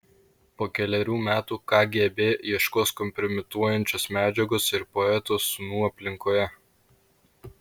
po kelerių metų kgb ieškos kompromituojančios medžiagos ir poeto sūnų aplinkoje